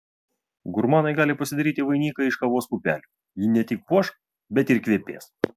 gurmanai gali pasidaryti vainiką iš kavos pupelių ji ne tik puoš bet ir kvepės